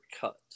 Cut